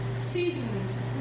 seasons